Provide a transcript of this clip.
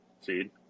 seed